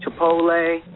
Chipotle